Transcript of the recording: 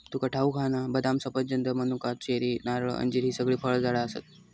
तुका ठाऊक हा ना, बदाम, सफरचंद, मनुका, चेरी, नारळ, अंजीर हि सगळी फळझाडा आसत